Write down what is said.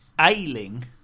ailing